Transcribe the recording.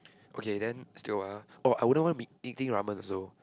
okay then still got what ah oh I wouldn't want to be eating ramen also